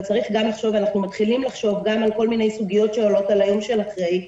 אבל אנחנו מתחילים לחשוב גם על כל מיני סוגיות שנוגעות ליום שאחרי.